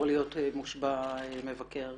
מושבע מבקר